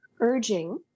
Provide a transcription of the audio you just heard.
urging